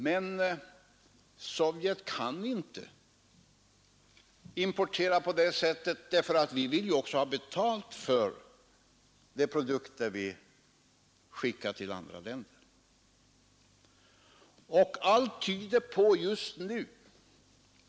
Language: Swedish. Men Sovjet kan inte importera på det sättet, eftersom vi ju vill ha betalt för de produkter vi exporterar.